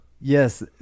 Yes